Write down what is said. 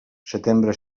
setembre